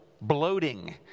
bloating